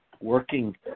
working